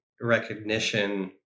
recognition